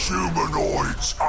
Humanoids